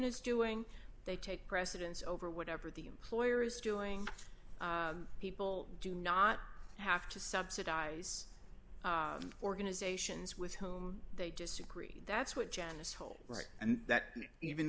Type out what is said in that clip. is doing they take precedence over whatever the employer is doing people do not have to subsidize organizations with whom they disagree that's what janice hold right and that even